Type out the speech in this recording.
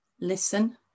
listen